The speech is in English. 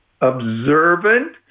observant